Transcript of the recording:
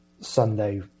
Sunday